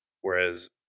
whereas